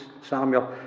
Samuel